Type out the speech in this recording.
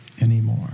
anymore